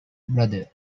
brother